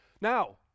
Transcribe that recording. Now